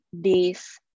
days